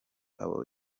abo